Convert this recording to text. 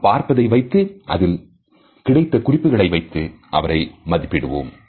நாம் பார்த்ததை வைத்து அதில் கிடைத்தகுறிப்புகளை வைத்து அவரை மதிப்பீடுவோம்